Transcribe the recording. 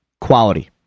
Quality